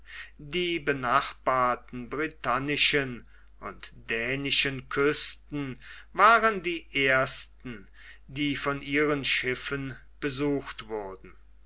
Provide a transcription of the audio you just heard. die benachbarten britannischen und dänischen küsten waren die ersten die von ihren schiffen besucht wurden